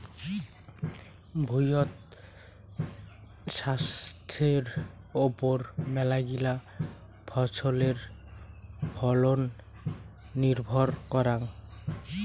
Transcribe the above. ভুঁইয়ত ছাস্থের ওপর মেলাগিলা ফছলের ফলন নির্ভর করাং